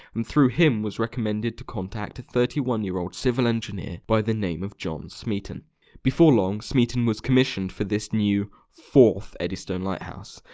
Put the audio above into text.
and through him was recommended to contact a thirty one year old civil engineer by the name of john smeaton before long, smeaton was commissioned for this new. fourth, eddystone lighthouse,